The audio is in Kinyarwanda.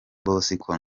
bosco